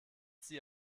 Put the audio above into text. sie